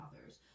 authors